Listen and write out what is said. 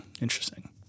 Interesting